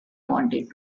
wanted